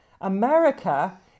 America